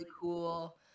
cool